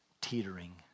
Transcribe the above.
teetering